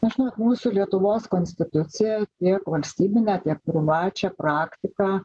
na žinot mūsų lietuvos konstitucija tiek valstybinę tiek privačią praktiką